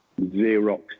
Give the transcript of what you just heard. xerox